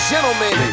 Gentlemen